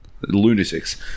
Lunatics